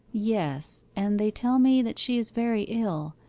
yes and they tell me that she is very ill,